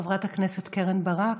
חברת הכנסת קרן ברק,